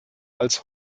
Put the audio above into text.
als